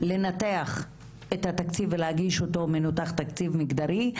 לנתח את התקציב ולהגיש אותו מנותח תקציב מגדרי.